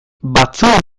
batzuen